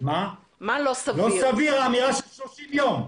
לא סביר האמירה של 30 יום.